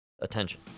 attention